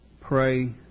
pray